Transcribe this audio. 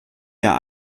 der